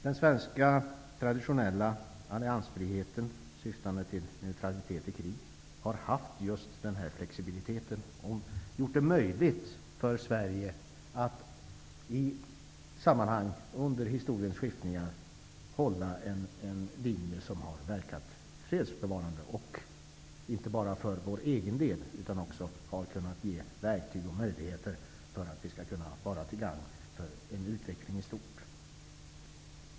Den traditionella svenska alliansfriheten, syftande till neutralitet i krig, har haft just den flexibiliteten och gjort det möjligt för Sverige att i olika sammanhang under historiens skiften hålla en linje som har verkat fredsbevarande. Den har inte bara varit till gagn för oss själva, utan den har också kunnat ge verktyg och möjligheter för en utveckling i stort.